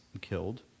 killed